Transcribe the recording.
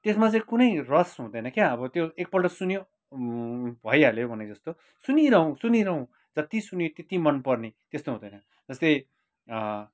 त्यसमा चाहिँ कुनै रस हुँदैन क्या अब त्यो एकपल्ट सुन्यो भइहाल्यो भनेको जस्तो सुनिरहूँ सुनिरहूँ जत्ति सुन्यो त्यत्ति मनपर्ने त्यस्तो हुँदैन जस्तै